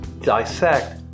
dissect